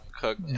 cook